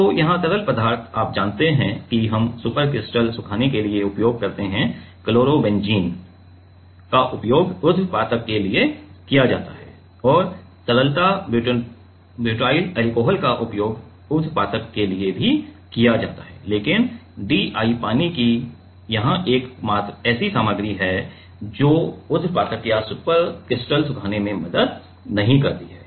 तो यहां तरल पदार्थ आप जानते हैं कि हम सुपरक्रिटिकल सुखाने के लिए उपयोग करते हैं क्लोरोबेंजीन का उपयोग ऊध्र्वपातक के लिए किया जाता है और तरलता ब्यूटाइल अल्कोहल का उपयोग ऊध्र्वपातक के लिए भी किया जाता है लेकिन DI पानी ही यहां एकमात्र ऐसी सामग्री है जो ऊध्र्वपातक या सुपरक्रिटिकल सुखाने में मदद नहीं करती है